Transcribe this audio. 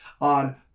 on